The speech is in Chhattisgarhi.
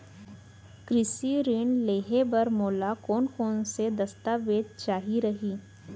कृषि ऋण लेहे बर मोला कोन कोन स दस्तावेज चाही रही?